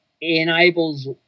enables